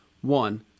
One